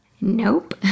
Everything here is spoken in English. Nope